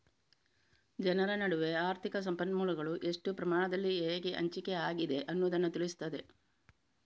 ಜನರ ನಡುವೆ ಆರ್ಥಿಕ ಸಂಪನ್ಮೂಲಗಳು ಎಷ್ಟು ಪ್ರಮಾಣದಲ್ಲಿ ಹೇಗೆ ಹಂಚಿಕೆ ಆಗಿದೆ ಅನ್ನುದನ್ನ ತಿಳಿಸ್ತದೆ